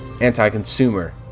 anti-consumer